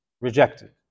rejected